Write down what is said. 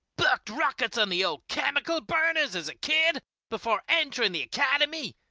bucked rockets on the old chemical burners as a kid before entering the academy,